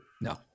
no